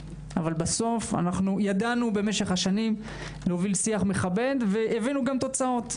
אבל בסוף ידענו במשך השנים להוביל שיח מכבד והבאנו גם תוצאות.